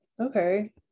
Okay